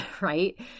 right